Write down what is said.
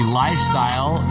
lifestyle